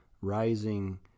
rising